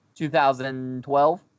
2012